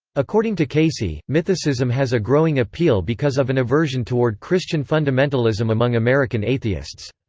according to casey, mythicism has a growing appeal because of an aversion toward christian fundamentalism among american atheists.